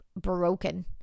broken